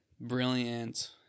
brilliant